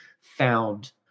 found